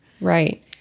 Right